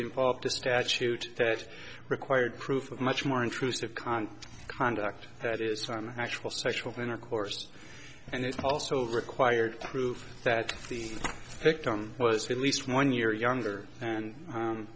involved a statute that required proof of much more intrusive conk conduct that is from actual sexual intercourse and it's also required to prove that the victim was released one year younger and